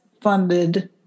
funded